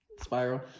Spiral